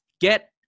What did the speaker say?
get